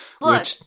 Look